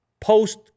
post